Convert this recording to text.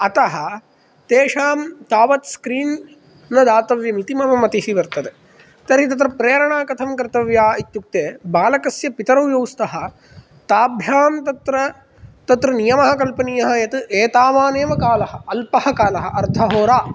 अतः तेषां तावत् स्क्रीन् न दातव्यम् इति मम मतिः वर्तते तर्हि तत्र प्रेरणा कथं कर्तव्या इत्युक्ते बालकस्य पितरौ यौ स्तः ताभ्यां तत्र तत्र नियमः कल्पनीयः इति एतावान् एव कालः अल्पः कालः अर्धहोरा